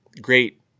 great